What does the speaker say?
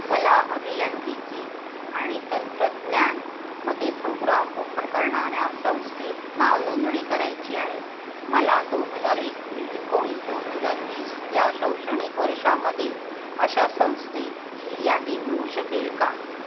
मला अभियंत्रिकी आणि तंत्रज्ञानामध्ये प्रोग्राम ऑफर करणाऱ्या संस्थेत नावनोंदणी करायची आहे मला दोन हजार एकवी एकोणीस दोन हजार वीस या शैक्षणिक वर्षामधील अशा संस्थेची यादी मिळू शकेल का